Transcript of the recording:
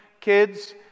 kids